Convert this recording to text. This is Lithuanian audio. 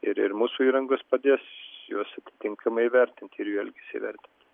ir ir mūsų įrangos padės juos tinkamai įvertinti ir jų elgesį įvertinti